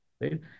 right